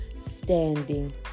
standing